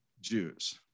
Jews